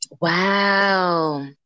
Wow